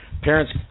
parents